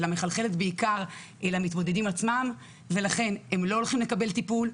אלא מחלחלת בעיקר אל המתמודדים עצמם ולכן הם לא הולכים לקבל טיפול.